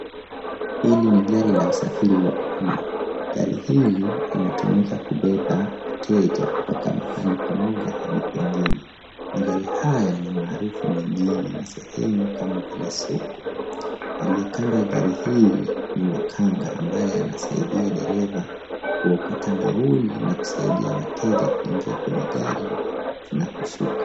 HIli ni gari la usafiri la umma. Gari hili linatumika kubeba wateja kutoaka mahali pamoja hadi pengine. Magari haya ni maharufu mijini na sehemu kama vile soko. Aliyekando ya gari hili ni makaga ambaye anasaidia dereva kuokota nauli na kusaidia wateja kuingia kwenye gari na kushuka.